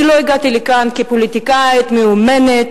אני לא הגעתי לכאן כפוליטיקאית מיומנת